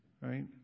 Right